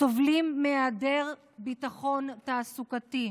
סובלים מהיעדר ביטחון תעסוקתי,